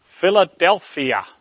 Philadelphia